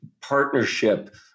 partnership